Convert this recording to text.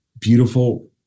beautiful